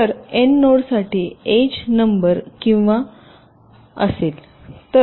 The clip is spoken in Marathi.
तर एन नोड्स साठी एज नंबर किंवा असेल